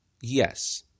Yes